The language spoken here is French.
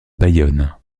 bayonne